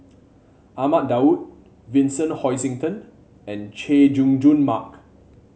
Ahmad Daud Vincent Hoisington and Chay Jung Jun Mark